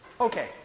Okay